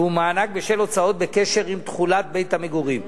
והוא מענק בשל הוצאות בקשר עם תכולת בית-המגורים.